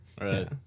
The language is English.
Right